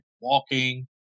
walking